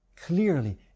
clearly